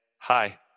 hi